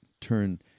turn